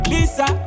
Lisa